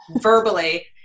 verbally